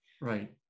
right